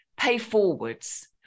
pay-forwards